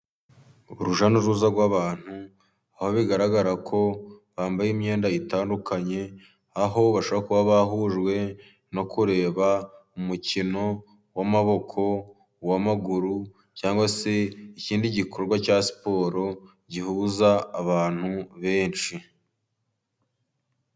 Urujya n'uruza rw'abantu ,aho bigaragara ko bambaye imyenda itandukanye ,aho bashaka kuba bahujwe no kureba umukino w'amaboko ,uw'amaguru cyangwa se ikindi gikorwa cya siporo ,gihuza abantu benshi.